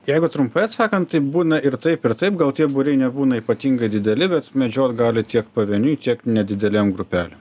jeigu trumpai atsakant tai būna ir taip ir taip gal tie būriai nebūna ypatingai dideli bet medžiot gali tiek pavieniui tiek nedidelėm grupelėm